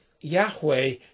Yahweh